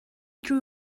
drew